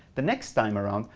the next time around,